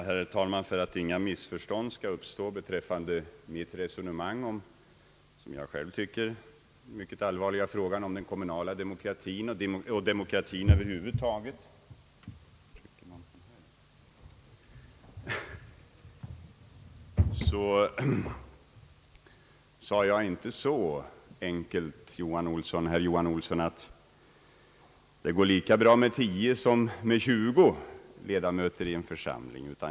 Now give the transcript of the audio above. Herr talman! För att inga missförstånd skall uppstå beträffande mitt resonemang om den, som jag själv tycker, mycket allvarliga frågan om den kommunala demokratin och demokratin över huvud taget vill jag framhålla att jag, herr Johan Olsson, inte sade att det var så enkelt att det gick lika bra med tio ledamöter som med tjugo i en församling.